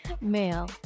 male